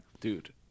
Dude